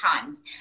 times